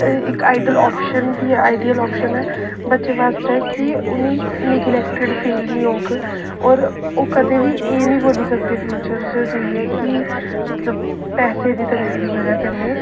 इक idle option बी ऐ आइडियल ऑप्शन ऐ बच्चे बास्तै कि उ'नें ई नेगलेक्टेड फील निं होग होर ओह् कदें बी एह् निं बोली सकदे फ्यूचर च जाइयै की मतलब पैसे दी तंगी दी बजह् कन्नै